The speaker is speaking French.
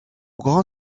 grand